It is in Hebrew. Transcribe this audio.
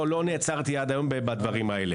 לא נעצרתי עד היום בדברים האלה.